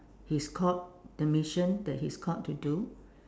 he is called the mission that he is called to do